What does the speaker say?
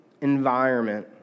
environment